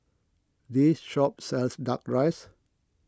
this shop sells Duck Rice